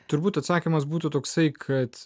turbūt atsakymas būtų toksai kad